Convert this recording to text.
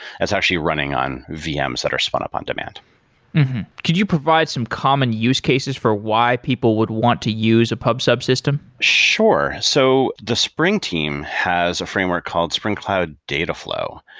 it's actually running on vms that are spun up on demand could you provide some common use cases for why people would want to use a pub-sub system? sure. so the spring team has a framework called spring cloud dataflow.